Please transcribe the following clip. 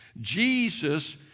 Jesus